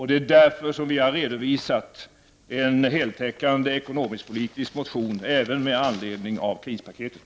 Det är därför vi har redovisat en heltäckande ekonomisk-politisk motion även med anledning av krispaketet.